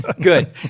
Good